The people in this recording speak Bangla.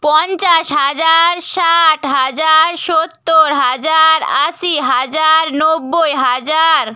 পঞ্চাশ হাজার ষাট হাজার সত্তর হাজার আশি হাজার নব্বই হাজার